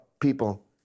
people